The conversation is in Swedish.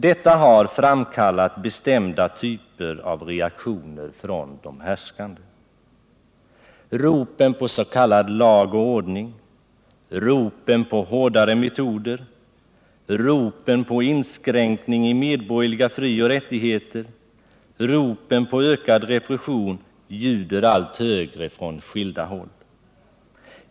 Detta har framkallat bestämda typer av reaktioner från de härskande. Ropen på s.k. lag och ordning, ropen på G ja TE SR Permissionsreghårdare metoder, ropen på inskränkning i medborgerliga frioch rättigheter, lerna för intagna ropen på ökad repression ljuder allt högre från skilda håll.